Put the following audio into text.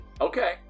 Okay